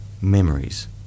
memories